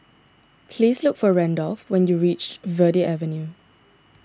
please look for Randolf when you reach Verde Avenue